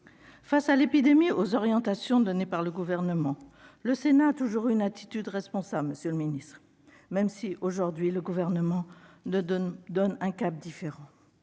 Face à l'épidémie et aux orientations données par le Gouvernement, le Sénat a toujours eu une attitude responsable, monsieur le ministre. Aujourd'hui, le Gouvernement fixe un cap différent.